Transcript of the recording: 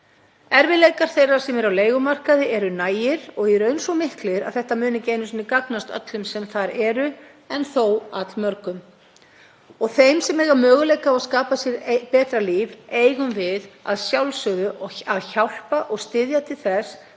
Erfiðleikar þeirra sem eru á leigumarkaði eru nægir og í raun svo miklir að þetta mun ekki einu sinni gagnast öllum sem þar eru, en þó allmörgum. Þeim sem eiga möguleika á að skapa sér betra líf eigum við að sjálfsögðu að hjálpa og styðja til þess